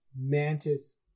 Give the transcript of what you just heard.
Mantis